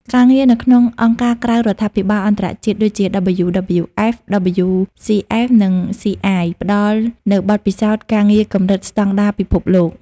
ការងារនៅក្នុងអង្គការក្រៅរដ្ឋាភិបាលអន្តរជាតិ ដូចជា WWF, WCS ឬ CI ផ្តល់នូវបទពិសោធន៍ការងារកម្រិតស្តង់ដារពិភពលោក។